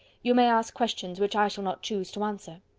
you may ask questions which i shall not choose to answer.